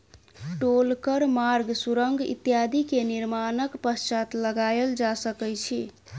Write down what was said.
टोल कर मार्ग, सुरंग इत्यादि के निर्माणक पश्चात लगायल जा सकै छै